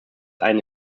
eine